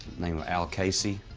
named al casey.